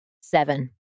seven